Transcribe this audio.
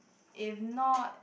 if not